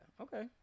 okay